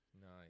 Nice